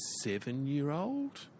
seven-year-old